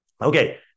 okay